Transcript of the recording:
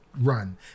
run